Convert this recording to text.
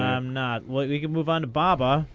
i'm not. like we can move on to baba.